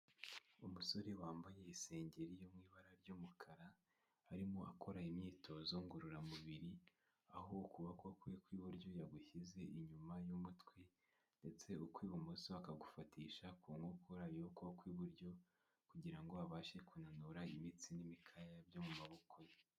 Umusore wambaye isengeri yo mu ibara ry'umukara, arimo akora imyitozo ngororamubiri, aho ukuboko kwe kw'iburyo yagushyize inyuma y'umutwe ndetse ukw'ibumoso akagufatisha ku nkokora y'ukunboko kw'iburyo kugira ngo abashe kunanura imitsi n'imikaya byo mu maboko ye.